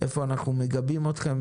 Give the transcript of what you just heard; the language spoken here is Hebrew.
איפה אנחנו מגבים אתכם,